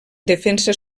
defensa